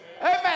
Amen